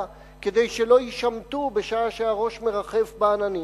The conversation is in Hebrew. כדי שלא יישמטו בשעה שהראש מרחף בעננים.